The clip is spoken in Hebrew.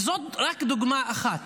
וזו רק דוגמה אחת,